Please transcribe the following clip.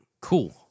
cool